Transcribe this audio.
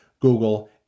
google